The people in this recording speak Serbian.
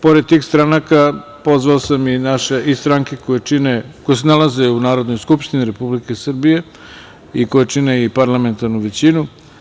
Pored tih stranaka pozvao sam i naše stranke koje se nalaze u Narodnoj skupštini Republike Srbije i koje čine i parlamentarnu većinu.